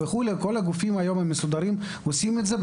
כל הגופים המסודרים עושים את זה,